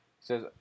says